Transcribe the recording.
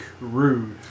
Rude